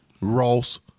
Ross